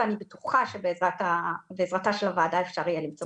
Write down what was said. ואני בטוחה שבעזרתה של הוועדה אפשר יהיה למצוא פתרון לכל הדברים האלה.